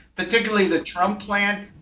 particularly the trump plan,